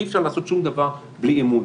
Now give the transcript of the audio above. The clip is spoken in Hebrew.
אי-אפשר לעשות שום דבר בלי אמון.